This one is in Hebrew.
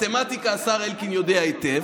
מתמטיקה השר אלקין יודע היטב,